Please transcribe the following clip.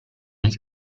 nel